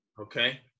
Okay